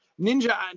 Ninja